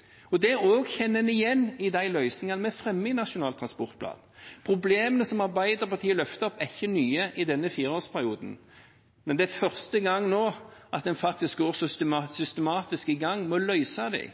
utvikler dette. Det kjenner en også igjen i de løsningene vi fremmer i Nasjonal transportplan. De problemene som Arbeiderpartiet løfter fram, er ikke nye i denne fireårsperioden. Men det er første gang en faktisk går systematisk i gang med å løse dem.